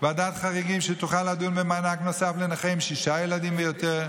ועדת חריגים שתוכל לדון במענק נוסף לנכה עם שישה ילדים ויותר,